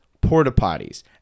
porta-potties